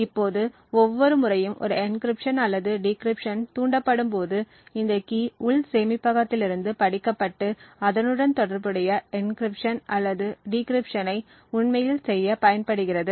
இப்போது ஒவ்வொரு முறையும் ஒரு என்கிரிப்சன் அல்லது டிகிரிப்சன் தூண்டப்படும்போது இந்த கீ உள் சேமிப்பகத்திலிருந்து படிக்கப்பட்டு அதனுடன் தொடர்புடைய என்கிரிப்சன் அல்லது டிகிரிப்சன் ஐ உண்மையில் செய்ய பயன்படுகிறது